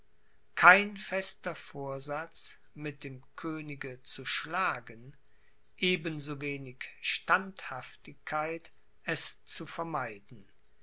kein fester vorsatz mit dem könige zu schlagen eben so wenig standhaftigkeit es zu vermeiden